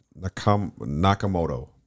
Nakamoto